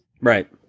Right